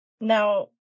Now